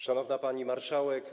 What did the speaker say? Szanowna Pani Marszałek!